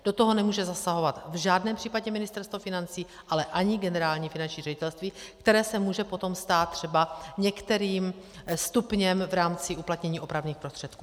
Do toho nemůže zasahovat v žádném případě Ministerstvo financí, ale ani Generální finanční ředitelství, které se může potom stát třeba některým stupněm v rámci uplatnění opravných prostředků.